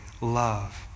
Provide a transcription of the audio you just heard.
love